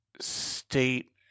state